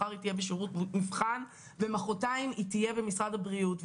מחר היא תהיה בשירות מבחן ומחרתיים היא תהיה במשרד הבריאות.